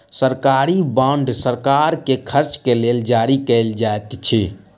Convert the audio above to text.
सरकारी बांड सरकार के खर्च के लेल जारी कयल जाइत अछि